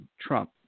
Trump